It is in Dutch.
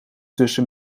tussen